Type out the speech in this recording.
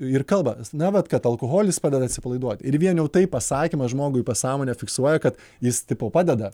ir kalba na vat kad alkoholis padeda atsipalaiduot ir vien jau tai pasakymas žmogui į pasąmonę fiksuoja kad jis tipo padeda